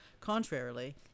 Contrarily